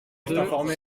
deux